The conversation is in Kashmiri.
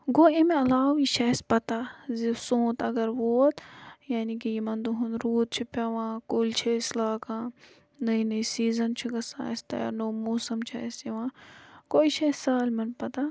کو امہِ عَلاوٕ یہِ چھِ اَسہِ پَتہٕ حظ سونٛت اگر ووت یعنے کہِ یِمَن روٗد چھُ پیٚوان کُلۍ چھِ أسۍ لاگان نٔے نٔے سیٖزَن چھِ گَژھان أسۍ تیار نوٚو موسَم چھُ اَسہِ یِوان گوٚو یہِ چھِ اَسہِ سالمَن پَتہ